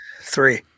Three